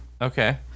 Okay